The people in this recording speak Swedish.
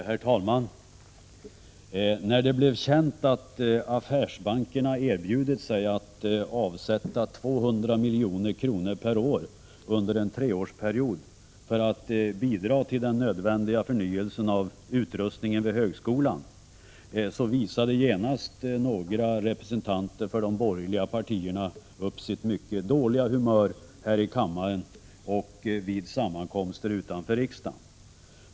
Herr talman! När det blev känt att affärsbankerna erbjudit sig att avsätta 200 milj.kr. per år under en treårsperiod för att bidra till den nödvändiga förnyelsen av utrustningen vid högskolan visade genast några representanter för de borgerliga partierna upp sitt mycket dåliga humör här i kammaren och vid sammankomster utanför riksdagen.